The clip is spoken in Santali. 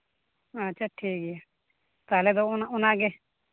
ᱟᱪᱪᱷᱟ ᱴᱷᱤᱠ ᱜᱮᱭᱟ ᱛᱟᱦᱚᱞᱮ ᱫᱚ ᱚᱱᱟᱜᱮ